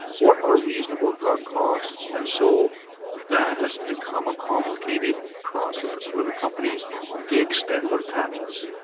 what are reasonable drug costs? and so that has become a complicated process where the companies they extend their patents,